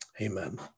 amen